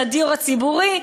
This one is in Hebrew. של הדיור הציבורי.